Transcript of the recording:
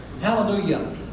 Hallelujah